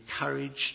encouraged